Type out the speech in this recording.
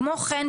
כמו כן,